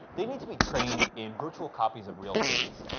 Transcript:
they need to be trained in virtual copies of real cities,